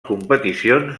competicions